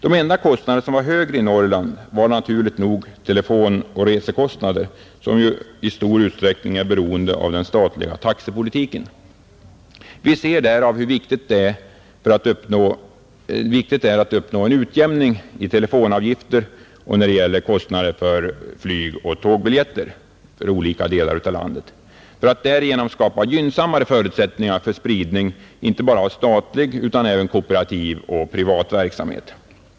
De enda kostnader som var högre i Norrland var, naturligt nog, telefonoch resekostnaderna, som ju i stor utsträckning är beroende av den statliga taxepolitiken. Vi ser hur viktigt det är att uppnå en utjämning i telefonavgifter och kostnader för flygoch tågbiljetter för olika delar av landet för att därigenom skapa gynnsammare förutsättningar för spridning, inte bara av statlig utan även av kooperativ och privat verksamhet.